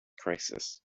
crisis